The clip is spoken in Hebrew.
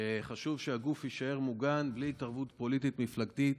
שחשוב שהגוף יישאר מוגן בלי התערבות פוליטית מפלגתית.